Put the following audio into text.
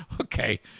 Okay